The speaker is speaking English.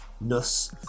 Nuss